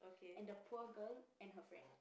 and the poor girl and her friend